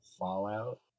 fallout